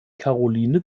karoline